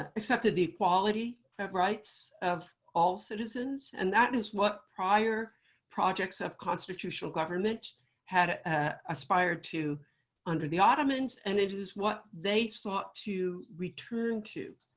ah accepted the equality of rights of all citizens. and that is what prior projects of constitutional government had aspired to under the ottomans. and it is what they sought to return to.